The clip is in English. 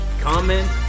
Comment